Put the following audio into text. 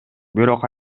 бирок